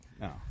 No